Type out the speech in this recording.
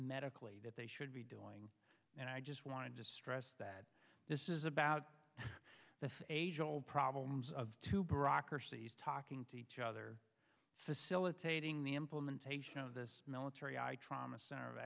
medically that they should be doing and i just wanted to stress that this is about the faisal problems of two brocker sees talking to each other facilitating the implementation of this military i trauma center of